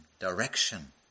direction